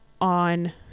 on